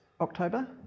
October